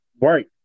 Right